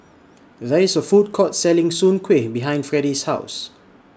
There IS A Food Court Selling Soon Kueh behind Freddy's House